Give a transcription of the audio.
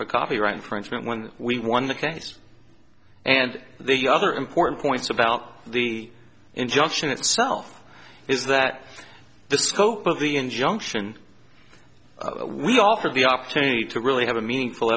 for copyright infringement when we won the case and the other important points about the injunction itself is that the scope of the injunction we offered the opportunity to really have a meaningful